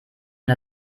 und